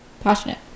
passionate